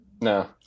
No